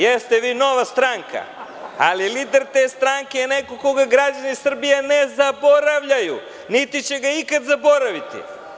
Jeste vi nova stranka, ali lider te stranke je neko koga građani Srbije ne zaboravljaju, niti će ga ikad zaboraviti.